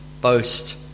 boast